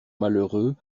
malheureux